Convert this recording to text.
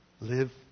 Live